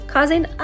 causing